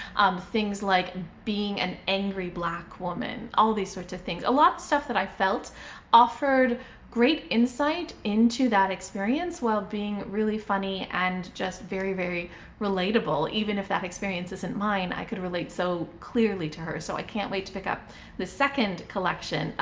um things like being an angry black woman, all these sorts of things. a lot of stuff that i felt offered great insight into that experience while being really funny and just very, very relatable. even if that experience isn't mine, i could relate so clearly to her. so i can't wait to pick up the second collection.